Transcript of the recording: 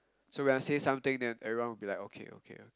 so when I say something everyone will be like okay okay